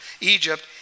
Egypt